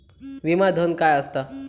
विमा धन काय असता?